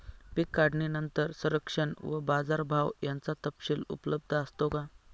पीक काढणीनंतर संरक्षण व बाजारभाव याचा तपशील उपलब्ध असतो का?